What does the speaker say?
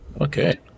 Okay